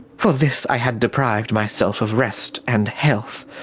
for this i had deprived myself of rest and health,